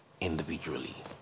individually